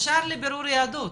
ישר לבירור יהדות,